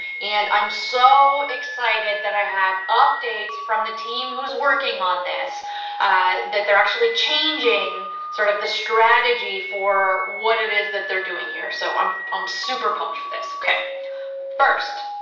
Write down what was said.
and i'm so excited that i have updates from the team who's working on this that they're actually changing sort of the strategy for what it is that they're doing here. so i'm i'm super pumped for this. first,